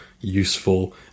useful